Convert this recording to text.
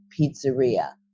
pizzeria